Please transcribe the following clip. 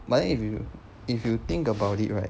but then if you if you think about it right